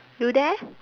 you there